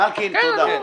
מלכין, תודה.